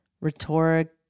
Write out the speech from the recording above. rhetoric